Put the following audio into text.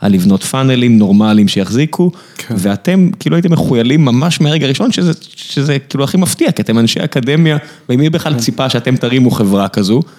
על לבנות פאנלים נורמליים שיחזיקו, ואתם כאילו הייתם מחויילים ממש מהרגע הראשון שזה כאילו הכי מפתיע כי אתם אנשי אקדמיה ומי בכלל ציפה שאתם תרימו חברה כזו.